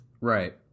right